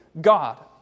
God